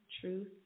truth